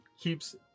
keeps